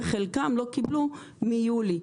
וחלקם לא קיבלו מיולי.